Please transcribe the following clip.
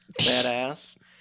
badass